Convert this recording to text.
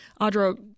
Audra